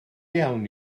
iawn